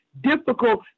difficult